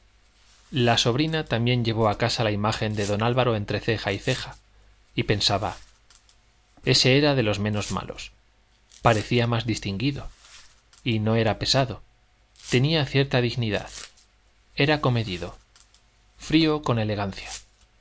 la sobrina también llevó a casa la imagen de don álvaro entre ceja y ceja y pensaba ese era de los menos malos parecía más distinguido y no era pesado tenía cierta dignidad era comedido frío con elegancia